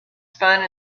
spun